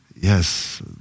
yes